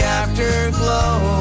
afterglow